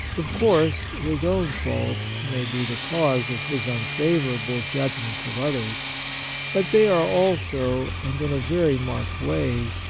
of course his own faults may be the cause of his unfavourable judgments of others but they are also, and in a very marked way,